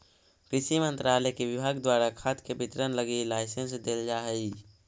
कृषि मंत्रालय के विभाग द्वारा खाद के वितरण लगी लाइसेंस देल जा हइ